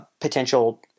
potential